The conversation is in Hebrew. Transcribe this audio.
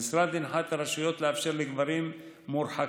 המשרד הנחה את הרשויות לאפשר לגברים מורחקים